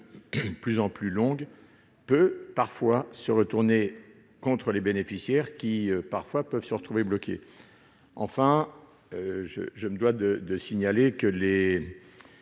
plus en plus longues, peut se retourner contre les bénéficiaires, qui, parfois, peuvent se retrouver bloqués. Ensuite, je me dois de signaler que ces